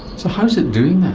so how is it doing that?